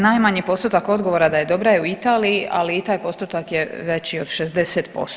Najmanji postotak odgovora da je dobra je u Italiji, ali i taj postotak je veći od 60%